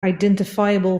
identifiable